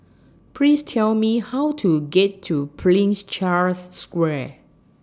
Please Tell Me How to get to Prince Charles Square